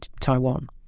Taiwan